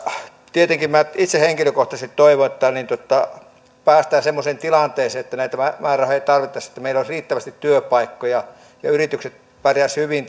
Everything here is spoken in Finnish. tietenkin minä itse henkilökohtaisesti toivon että päästään semmoiseen tilanteeseen että näitä määrärahoja ei tarvittaisi että meillä olisi riittävästi työpaikkoja ja yritykset pärjäisivät hyvin